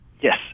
Yes